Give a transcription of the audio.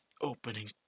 Opening